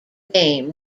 game